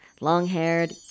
long-haired